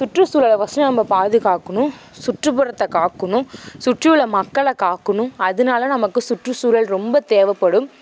சுற்றுசூழலை first நம்ம பாதுகாக்கணும் சுற்றுப்புறத்தை காக்கணும் சுற்றியுள்ள மக்களை காக்கணும் அதனால நமக்கு சுற்றுசூழல் ரொம்ப தேவைப்படும்